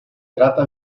trata